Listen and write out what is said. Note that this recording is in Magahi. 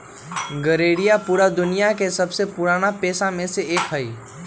गरेड़िया पूरा दुनिया के सबसे पुराना पेशा में से एक हई